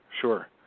sure